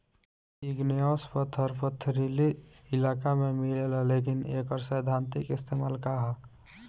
Igneous पत्थर पथरीली इलाका में मिलेला लेकिन एकर सैद्धांतिक इस्तेमाल का ह?